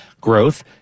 growth